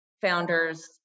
founders